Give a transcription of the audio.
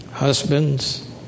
Husbands